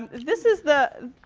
this is the